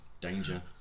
danger